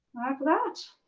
that!